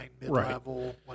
mid-level